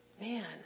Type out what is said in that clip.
Man